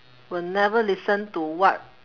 will never listen to what